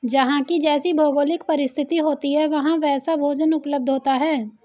जहां की जैसी भौगोलिक परिस्थिति होती है वहां वैसा भोजन उपलब्ध होता है